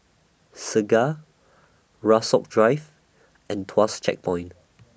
Segar Rasok Drive and Tuas Checkpoint